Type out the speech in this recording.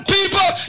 people